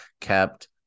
kept